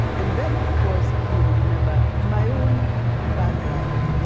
and then, of course, you remember, my own background.